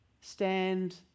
stand